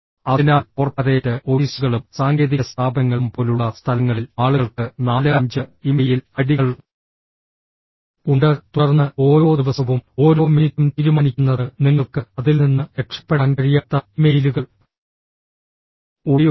അതിനാൽ കോർപ്പറേറ്റ് ഓഫീസുകളും സാങ്കേതിക സ്ഥാപനങ്ങളും പോലുള്ള സ്ഥലങ്ങളിൽ ആളുകൾക്ക് നാല് അഞ്ച് ഇമെയിൽ ഐഡികൾ ഉണ്ട് തുടർന്ന് ഓരോ ദിവസവും ഓരോ മിനിറ്റും തീരുമാനിക്കുന്നത് നിങ്ങൾക്ക് അതിൽ നിന്ന് രക്ഷപ്പെടാൻ കഴിയാത്ത ഇമെയിലുകൾ ഉപയോഗിച്ചാണ്